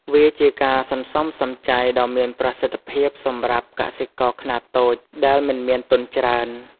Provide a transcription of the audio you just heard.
វាជាការសន្សំសំចៃដ៏មានប្រសិទ្ធភាពសម្រាប់កសិករខ្នាតតូចដែលមិនមានទុនច្រើន។